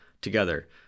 together